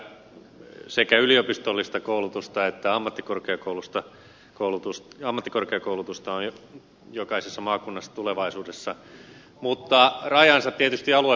toivon että sekä yliopistollista koulutusta että ammattikorkeakoulutusta on jokaisessa maakunnassa tulevaisuudessa mutta rajansa tietysti aluepolitiikallakin